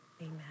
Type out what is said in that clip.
amen